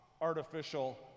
artificial